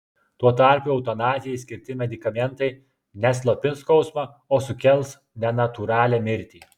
tuo tarpu eutanazijai skirti medikamentai ne slopins skausmą o sukels nenatūralią mirtį